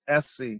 SC